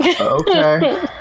Okay